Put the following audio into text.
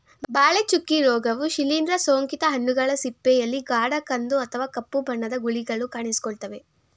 ಬಾಳೆ ಚುಕ್ಕೆ ರೋಗವು ಶಿಲೀಂದ್ರ ಸೋಂಕಿತ ಹಣ್ಣುಗಳ ಸಿಪ್ಪೆಯಲ್ಲಿ ಗಾಢ ಕಂದು ಅಥವಾ ಕಪ್ಪು ಬಣ್ಣದ ಗುಳಿಗಳು ಕಾಣಿಸಿಕೊಳ್ತವೆ